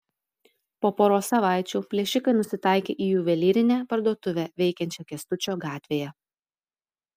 po poros savaičių plėšikai nusitaikė į juvelyrinę parduotuvę veikiančią kęstučio gatvėje